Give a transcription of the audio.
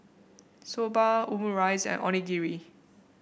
Soba Omurice and Onigiri